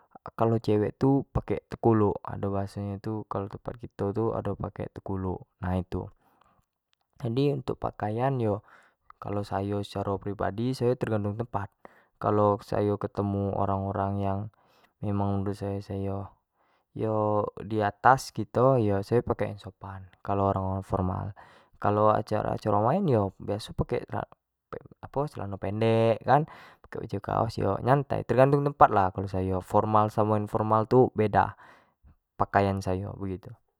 Kalau cewek tu pake tekuluk, ado bahaso nyo tu kalua tempat kito tu ado pake tekuluk nah itu, jadi kalu untuk pakainsayo secara pribadi sayo tergantung tempat. kalau ayo ketemu orang orang yang menurut sayo di atas kito yo sayo pakai pakaian yang sopan, kalo orang tyang formal, kalua acara acara main yo biaso pake apo celano pendek kan pake baju kaos yo nyantai, tergantung lah kalau sayo, formal dan dak formal tu beda pakaian sayo begitu.